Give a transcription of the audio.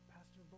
Pastor